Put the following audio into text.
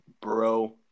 bro